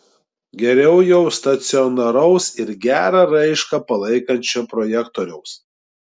geriau jau stacionaraus ir gerą raišką palaikančio projektoriaus